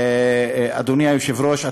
אדוני היושב-ראש,